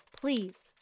Please